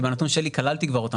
כי בנתון שלי כללתי אותם,